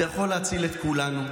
זה יכול להציל את כולנו,